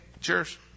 cheers